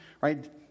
right